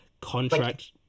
contract